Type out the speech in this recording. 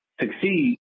succeed